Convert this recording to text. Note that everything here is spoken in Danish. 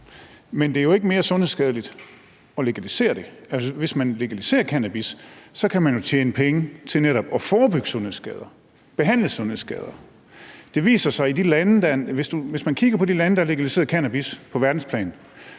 Men det er jo ikke mere sundhedsskadeligt at legalisere det; altså hvis man legaliserer cannabis, kan man jo tjene penge til netop at forebygge sundhedsskader, behandle sundhedsskader. Hvis man kigger på de lande på verdensplan,